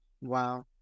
Wow